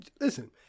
Listen